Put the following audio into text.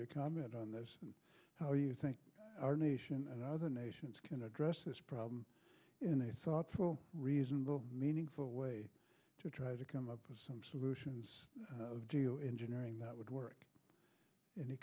to comment on this and how you think our nation and other nations can address this problem in a thoughtful reasonable meaningful way to try to come up with some solutions do you enjoy hearing that would work any